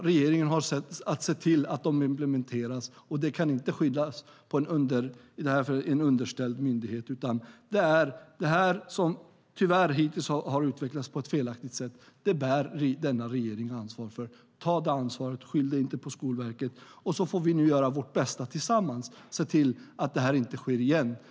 Regeringen har att se till att de implementeras. Detta kan inte skyllas på en underställd myndighet. Det som tyvärr hittills har utvecklats på ett felaktigt sätt bär denna regering ansvaret för. Ta detta ansvar och skyll inte på Skolverket! Sedan får vi tillsammans göra vårt bästa och se till att detta inte sker igen.